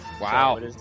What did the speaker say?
Wow